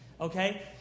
Okay